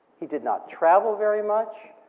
he did not travel very much.